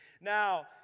Now